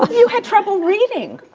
ah you had trouble reading!